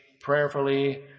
prayerfully